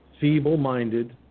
feeble-minded